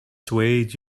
swayed